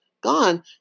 gone